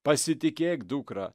pasitikėk dukra